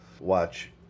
watch